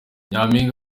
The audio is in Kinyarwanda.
nyampinga